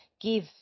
give